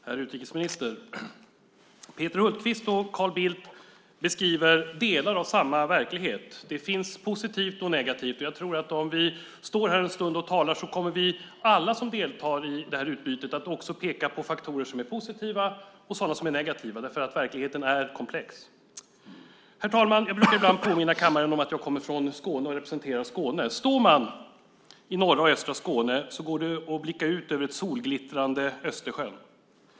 Herr talman! Herr utrikesminister! Peter Hultqvist och Carl Bildt beskriver delar av samma verklighet. Det finns positivt och negativt. Jag tror att om vi står här en stund och talar kommer vi alla som deltar i det här utbytet att peka på faktorer som är positiva och faktorer som är negativa därför att verkligheten är komplex. Herr talman! Jag brukar påminna kammaren om att jag kommer från Skåne och representerar Skåne. Står man i norra och östra Skåne kan man blicka ut över ett solglittrande Östersjön.